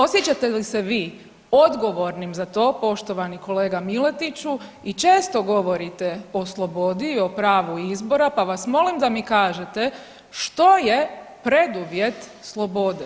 Osjećate li se vi odgovornim za to, poštovani kolega Miletiću i često govorite o slobodi, o pravu izbora, pa vas molim da mi kažete što je preduvjet slobode?